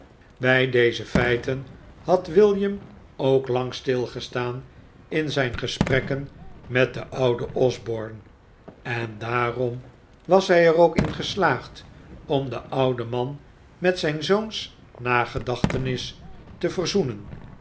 bij deze feiten had william ook lang stilgestaan in zijn gesprekken met den ouden osborne en daarom was hij er ook in geslaagd om den ouden man met zijn zoons nagedachtenis te verzoenen